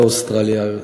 לאוסטרליה,